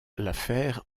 l’affaire